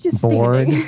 bored